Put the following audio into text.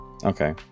Okay